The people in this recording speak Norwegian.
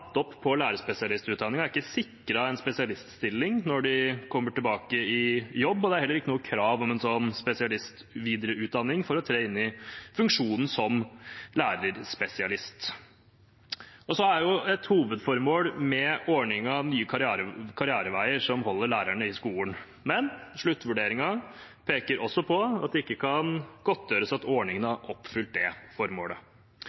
opp på lærerspesialistutdanningen, er ikke sikret en spesialiststilling når de kommer tilbake i jobb, og det er heller ikke noe krav om en sånn spesialistvidereutdanning for å tre inn i funksjonen som lærerspesialist. Så er et hovedformål med ordningen nye karriereveier som holder lærerne i skolen, men sluttvurderingen peker også på at det ikke kan godtgjøres at ordningen